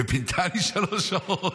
ופינתה לי שלוש שעות.